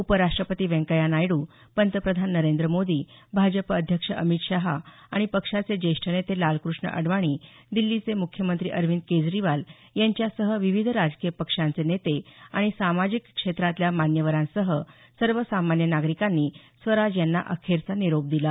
उपराष्ट्रपती व्यंकय्या नायडू पंतप्रधान नरेंद्र मोदी भाजप अध्यक्ष अमित शहा आणि पक्षाचे ज्येष्ठ नेते लालकृष्ण अडवाणी दिल्लीचे मुख्यमंत्री अरविंद केजरीवाल यांच्यासह विविध राजकीय पक्षांचे नेते आणि सामाजिक क्षेत्रातल्या मान्यवरांसह सर्वसामान्य नागरिकांनी स्वराज यांना अखेरचा निरोप दिला